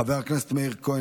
חבר הכנסת מאיר כהן,